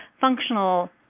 functional